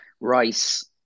rice